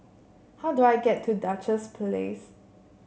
how do I get to Duchess Place